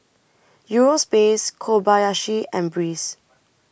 Eurospace Kobayashi and Breeze